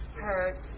heard